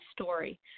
story